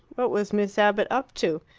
what was miss abbott up to?